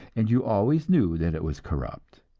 and you always knew that it was corrupt.